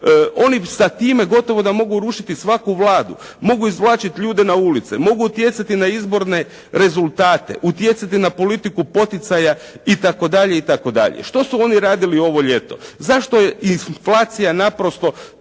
Oni sa time gotovo da mogu rušiti svaku Vladu, mogu izvlačiti ljude na ulice, mogu utjecati na izborne rezultate, utjecati na politiku poticaja itd. itd. Što su oni radili ovo ljeto? Zašto je inflacija naprosto